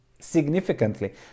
significantly